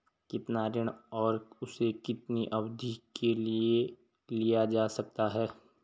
कितना ऋण और उसे कितनी अवधि के लिए लिया जा सकता है?